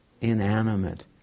inanimate